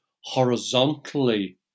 horizontally